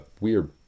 weird